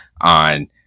on